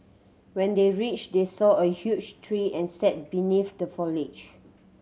when they reached they saw a huge tree and sat beneath the foliage